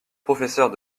professeurs